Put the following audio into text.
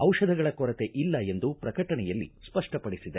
ಔಷಧಗಳ ಕೊರತೆ ಇಲ್ಲ ಎಂದು ಪ್ರಕಟಣೆಯಲ್ಲಿ ಸ್ಪಷ್ಟ ಪಡಿಸಿದೆ